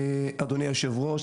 אדוני היושב-ראש,